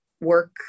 work